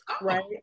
right